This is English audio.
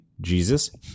Jesus